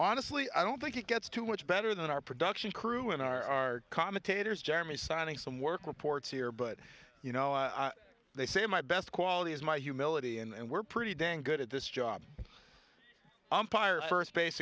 honestly i don't think it gets too much better than our production crew in our commentators jeremy signing some work reports here but you know i they say my best quality is my humility and we're pretty dang good at this job i'm tired first base